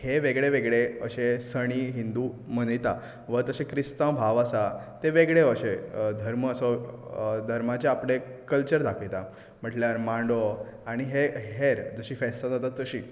हें वेगळें वेगळें अशें सण हें हिंदू मनयता वा तशें ख्रिस्तांव भाव आसा ते वेगळें अशें धर्म असो धर्माचे आपले कल्चर दाखयता म्हणल्यार मांडो आनी हेर हेर जशीं फेस्तां जाता तशीं